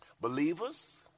Believers